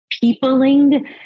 peopling